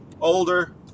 older